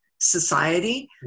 society